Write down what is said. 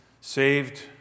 saved